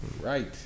Right